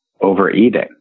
overeating